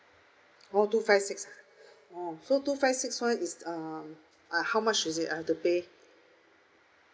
oh two five six uh oh so two five six [one] is um uh how much is it I have to pay